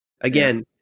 Again